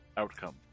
outcome